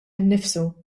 innifsu